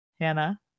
hannah